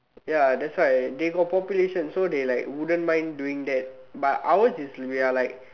ya that's why they got population so they like wouldn't mind doing that but ours is we are like